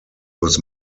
was